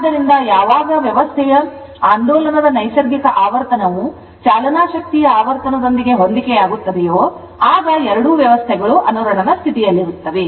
ಆದ್ದರಿಂದ ಯಾವಾಗ ವ್ಯವಸ್ಥೆಯ ಆಂದೋಲನದ ನೈಸರ್ಗಿಕ ಆವರ್ತನವು ಚಾಲನಾ ಶಕ್ತಿಯ ಆವರ್ತನದೊಂದಿಗೆ ಹೊಂದಿಕೆಯಾಗುತ್ತದೆಯೋ ಆಗ ಎರಡೂ ವ್ಯವಸ್ಥೆಗಳು ಅನುರಣನ ಸ್ಥಿತಿಯಲ್ಲಿರುತ್ತವೆ